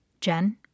Jen